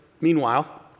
meanwhile